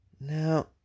Now